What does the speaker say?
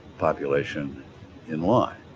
population in line.